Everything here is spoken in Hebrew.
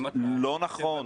לא נכון.